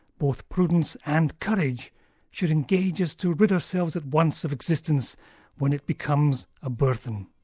both prudence and courage should engage us to rid ourselves at once of existence when it becomes a burden.